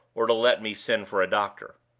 or to let me send for a doctor.